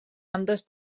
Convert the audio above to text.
ambdós